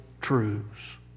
truths